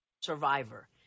survivor